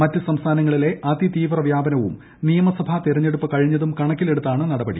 മറ്റ് സംസ്ഥാനങ്ങളിലെ അതിതീവ്ര വ്യാപനവും നിയമസഭാ തെരിക്കൂഞ്ഞടുപ്പ് കഴിഞ്ഞതും കണക്കിലെടുത്താണ് നടപടി